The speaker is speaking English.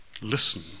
Listen